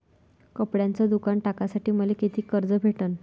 कपड्याचं दुकान टाकासाठी मले कितीक कर्ज भेटन?